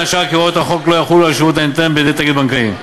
בין השאר כי הוראות החוק לא יחולו על שירות הניתן בידי תאגיד בנקאי.